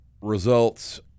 results